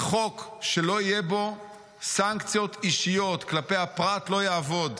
וחוק שלא יהיו בו סנקציות אישיות כלפי הפרט לא יעבוד.